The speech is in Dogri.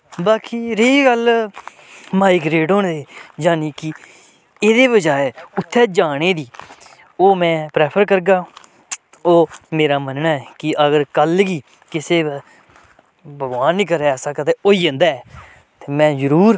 बाकी रेही गल्ल माइग्रेट होने दी यानि कि एह्दे बजाय उत्थै जाने दी ओह् में प्रैफर करगा ओह् मेरा मन्नना ऐ कि अगर कल्ल गी किसे भगवान निं करै कि ऐसा कदें होई जंदा ऐ में जरूर